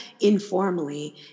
Informally